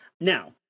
Now